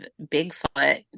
Bigfoot